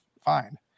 fine